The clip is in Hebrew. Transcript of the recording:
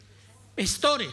היסטורית,